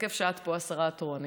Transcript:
אז איזה כיף שאת פה השרה התורנית.